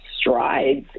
strides